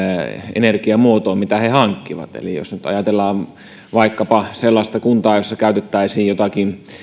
energiamuotoon mitä he hankkivat eli jos nyt ajatellaan vaikkapa sellaista kuntaa jossa käytettäisiin jotakin